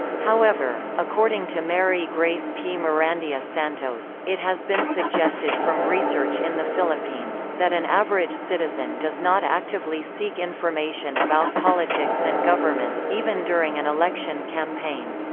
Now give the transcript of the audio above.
however, according to mary grace p. mirandilla-santos, it has been suggested from research in the philippines, that an average citizen does not actively seek information about politics and government, even during an election campaign.